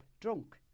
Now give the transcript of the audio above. drunk